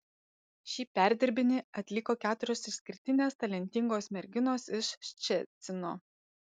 šį perdirbinį atliko keturios išskirtinės talentingos merginos iš ščecino